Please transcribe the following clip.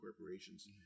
Corporations